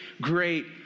great